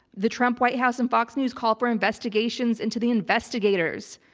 the trump white house and fox news call for investigations into the investigators.